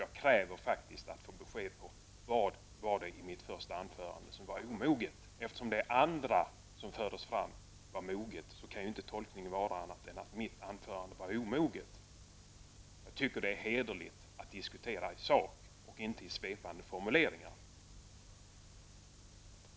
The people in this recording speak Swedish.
Jag kräver faktiskt att få besked om vad det var i mitt första anförande som var omoget. Eftersom det andra som fördes fram var moget, kan inte tolkningen vara någon annan än att mitt anförande var omoget. Jag tycker att det är hederligt att diskutera i sak och inte i svepande formuleringar.